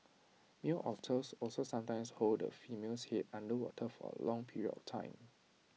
male otters also sometimes hold the female's Head under water for A long period of time